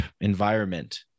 environment